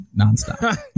nonstop